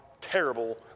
terrible